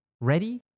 Ready